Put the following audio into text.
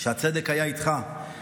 שהצדק היה איתך,